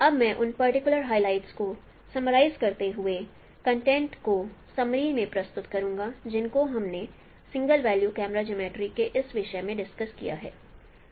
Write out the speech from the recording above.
अब मैं उन पर्टिकुलर हाइलाइट्स को समाराइज करते हुए कंटेंट को समरी में प्रस्तुत करूंगा जिनको हमने सिंगल व्यू कैमरा जियोमर्ट्री के इस विषय में डिस्कस की थी